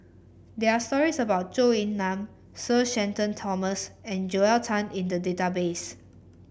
there are stories about Zhou Ying Nan Sir Shenton Thomas and Joel Tan in the database